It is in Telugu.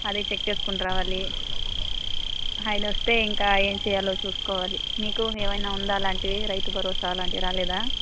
అది చెక్ చేసుకుని రావాలి ఆయన వస్తే ఇంకా ఏం చేయాలో చూసుకోవాలి మీకు ఏమైనా ఉందా అలాంటివి రైతుభరోసా అలాంటివి రాలేదా